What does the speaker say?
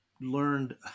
learned